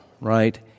right